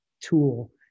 tool